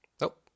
nope